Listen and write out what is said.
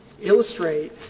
Illustrate